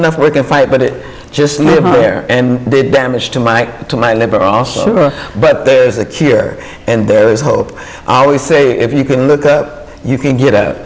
enough we can fight but it just living there and did damage to my to my neighbor also but there's a cure and there is hope i always say if you can look up you can get out